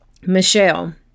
Michelle